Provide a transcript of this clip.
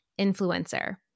influencer